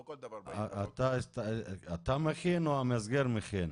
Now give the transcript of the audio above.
לא כל דבר --- אתה מכין או המסגר מכין?